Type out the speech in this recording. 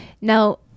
Now